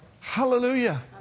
Hallelujah